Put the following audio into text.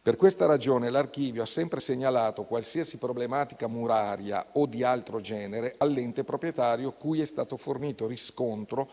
Per questa ragione, l'Archivio ha sempre segnalato qualsiasi problematica muraria o di altro genere all'ente proprietario, cui è stato fornito riscontro